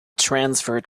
transferred